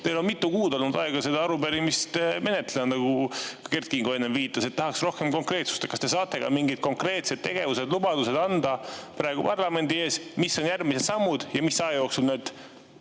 Teil on olnud mitu kuud aega seda arupärimist menetleda, nagu Kert Kingo enne viitas. Tahaks rohkem konkreetsust. Kas te saate ka mingid konkreetsed tegevused [paika panna], lubadused anda praegu parlamendi ees? Mis on järgmised sammud ja mis aja jooksul need